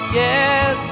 yes